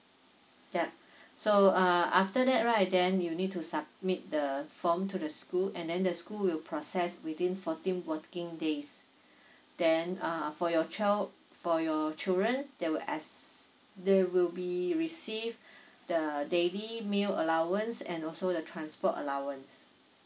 yup so uh after that right then you need to submit the form to the school and then the school will process within fourteen working days then uh for your child for your children they will as they will be receive the daily meal allowance and also the transport allowance